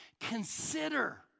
consider